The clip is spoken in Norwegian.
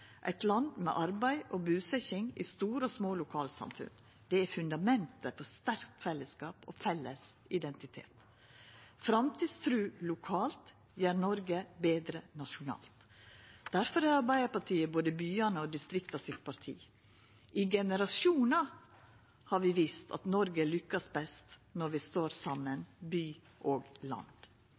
Eit land med arbeid og busetjing i store og små lokalsamfunn er fundamentet for sterkt fellesskap og felles identitet. Framtidstru lokalt gjer Noreg betre nasjonalt. Difor er Arbeidarpartiet både byane og distrikta sitt parti. I generasjonar har vi vist at Noreg lukkast best når vi står saman – by og land.